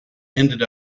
ended